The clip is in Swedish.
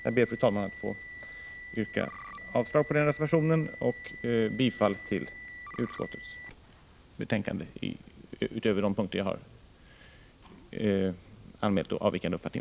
Jag ber, fru talman, att få yrka avslag på denna reservation och bifall till utskottets hemställan utöver de punkter där jag har anmält avvikande uppfattning.